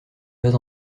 pas